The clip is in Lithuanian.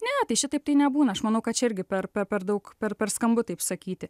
ne tai šitaip tai nebūna aš manau kad čia irgi per per daug per per skambu taip sakyti